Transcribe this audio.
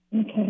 Okay